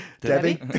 Debbie